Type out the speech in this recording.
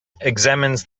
examines